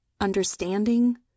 understanding